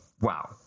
wow